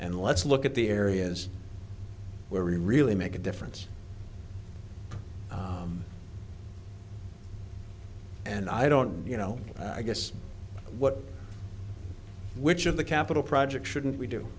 and let's look at the areas where we really make a difference and i don't you know i guess what which of the capital projects shouldn't we do